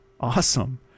awesome